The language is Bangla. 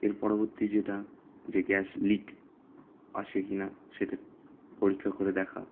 এর পরবর্তী যেটা যে গ্যাস লিক আছে কি না সেটা পরীক্ষা করে দেখা